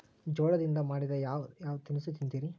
ಜೋಳದಿಂದ ಮಾಡಿದ ಯಾವ್ ಯಾವ್ ತಿನಸು ತಿಂತಿರಿ?